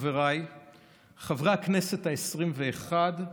חבריי חברי הכנסת העשרים-ואחת,